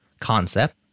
concept